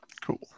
cool